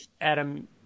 Adam